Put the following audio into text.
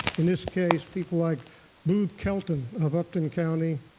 in this case, people like boob kelton of upton county,